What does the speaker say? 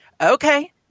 Okay